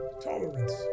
tolerance